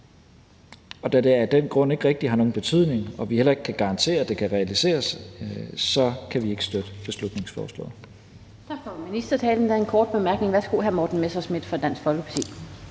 Og da det af den grund ikke rigtig har nogen betydning og vi heller ikke kan garantere, det kan realiseres, så kan vi ikke støtte beslutningsforslaget. Kl. 15:36 Den fg. formand (Annette Lind): Tak for ministertalen. Der er en kort bemærkning fra hr. Morten Messerschmidt, Dansk Folkeparti.